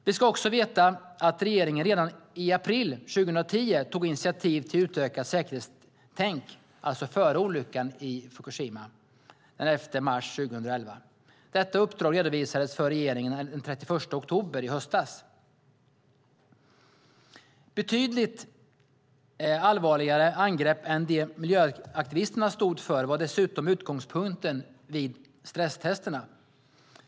Vi ska också veta att regeringen redan i april 2010 tog initiativ till ett utökat säkerhetstänk, alltså före olyckan i Fukushima den 11 mars 2011. Detta uppdrag redovisades för regeringen den 31 oktober i höstas. Betydligt allvarligare angrepp än de miljöaktivisterna stod för var dessutom utgångspunkten vid stresstesterna.